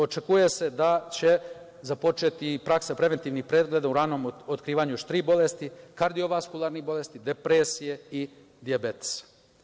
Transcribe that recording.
Očekuje se da će započeti i praksa preventivnih pregleda u ranom otkrivanju još tri bolesti -kardiovaskularnih bolesti, depresije i dijabetesa.